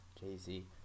Jay-Z